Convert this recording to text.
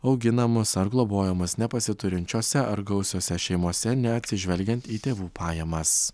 auginamus ar globojamus nepasiturinčiose ar gausiose šeimose neatsižvelgiant į tėvų pajamas